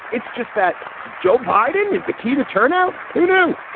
it's just that joe biden is the key to turnout. who knew?